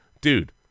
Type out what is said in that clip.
Dude